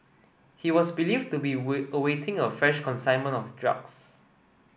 he was believed to be awaiting a fresh consignment of drugs